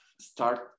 start